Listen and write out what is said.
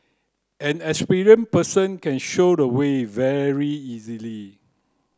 an experienced person can show the way very easily